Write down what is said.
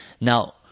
Now